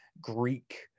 Greek